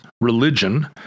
religion